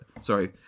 Sorry